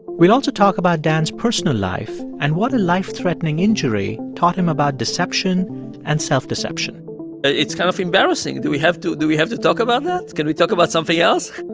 we'll also talk about dan's personal life and what a life-threatening injury taught him about deception and self-deception it's kind of embarrassing. do we have to do we have to talk about that? can we talk about something else?